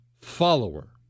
follower